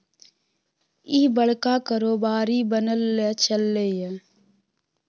इह बड़का कारोबारी बनय लए चललै ये